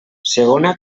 segona